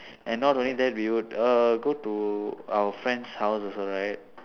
and not only that we would uh go to our friends house also right